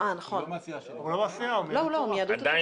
הצבעה בעד